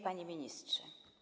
Panie Ministrze!